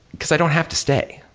because i don't have to stay.